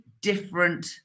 different